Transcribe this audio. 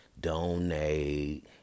Donate